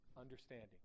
Understanding